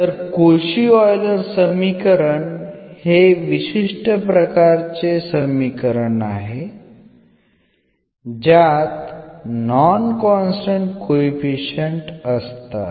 तर Cauchy Euler समीकरण हे विशिष्ठ प्रकारचे समीकरण आहे ज्यात नॉन कॉन्स्टन्ट कोइफिशिअंट असतात